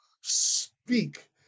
speak